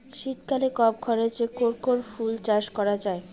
শীতকালে কম খরচে কোন কোন ফুল চাষ করা য়ায়?